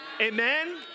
Amen